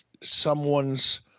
someone's